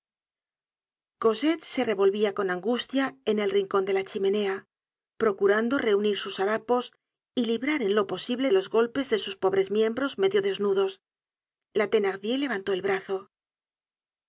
cosette se revolvia con angustia en el rincon de la chimenea procurando reunir sus harapos y librar en lo posible de los golpes sus pobres miembros medio desnudos la thenardier levantó el brazo